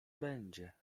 będzie